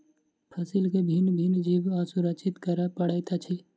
फसील के भिन्न भिन्न जीव सॅ सुरक्षित करअ पड़ैत अछि